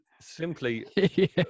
simply